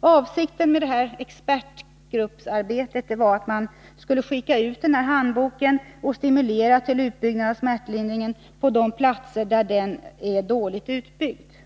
Avsikten med detta expertgruppsarbete var att den handbok som den skulle utarbeta skulle skickas ut för att stimulera till smärtlindringsverksamhet på de platser där denna är dåligt utbyggd.